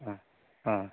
অঁ অঁ